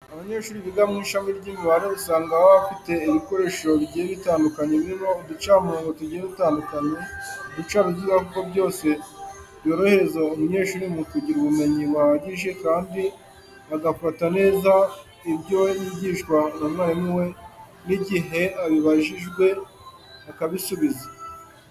Abanyeshuri biga mu ishami ry'imibare usanga baba bafite ibikoresho bigiye bitandukanye birimo uducamurongo tugiye dutandukanye, uducaruziga kuko byose byorohereza umunyeshuri mu kugira ubumenyi buhagije kandi agafata neza ibyo yigishwa na mwarimu we n'igihe abibajijwe akabisubiza.